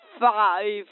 five